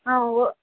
ஆ ஓ